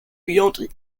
beyond